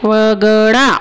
वगळा